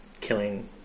killing